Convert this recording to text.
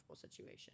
situation